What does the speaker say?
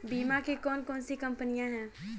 बीमा की कौन कौन सी कंपनियाँ हैं?